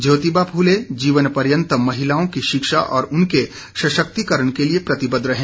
ज्योतिबा फूले जीवनपर्यत महिलाओं की शिक्षा और उनके सशक्तिकरण के लिए प्रतिबद्ध रहे